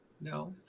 No